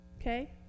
Okay